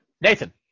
Nathan